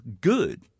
good